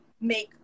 make